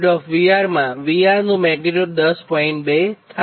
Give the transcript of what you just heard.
2 થાય